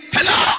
Hello